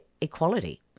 equality